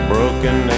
Broken